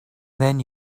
then